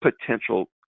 potential